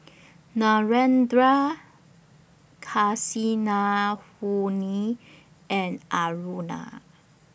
Narendra Kasinadhuni and Aruna